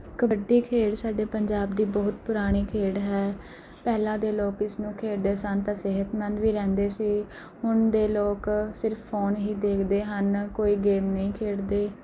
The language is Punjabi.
ਕਬੱਡੀ ਖੇਡ ਸਾਡੇ ਪੰਜਾਬ ਦੀ ਬਹੁਤ ਪੁਰਾਣੀ ਖੇਡ ਹੈ ਪਹਿਲਾਂ ਦੇ ਲੋਕ ਇਸ ਨੂੰ ਖੇਡਦੇ ਸਨ ਤਾਂ ਸਿਹਤਮੰਦ ਵੀ ਰਹਿੰਦੇ ਸੀ ਹੁਣ ਦੇ ਲੋਕ ਸਿਰਫ ਫੋਨ ਹੀ ਦੇਖਦੇ ਹਨ ਕੋਈ ਗੇਮ ਨਹੀਂ ਖੇਡਦੇ